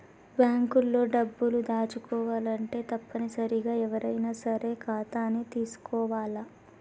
bank లో డబ్బులు దాచుకోవాలంటే తప్పనిసరిగా ఎవ్వరైనా సరే ఖాతాని తీసుకోవాల్ల